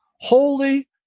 Holy